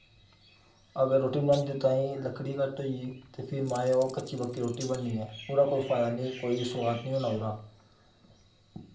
अगर रोटी बनांदे तांई लकड़ी घट्ट होई ते फिर माए ओह् कच्ची पक्की रोटी बननी ओह्दा कोई फैदा निं शैल कोई सोआद निं होना ओह्दा